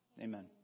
Amen